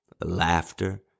laughter